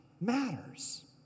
matters